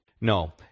No